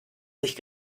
sich